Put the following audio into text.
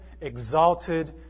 exalted